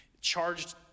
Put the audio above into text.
charged